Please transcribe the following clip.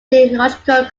theological